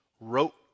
wrote